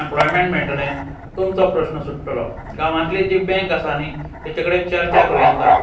employment मेयटलें तुमचो प्रस्न सुट्टलो गांवांतली जी बँक आसा न्ही तेचे कडेन चर्चा करूं येता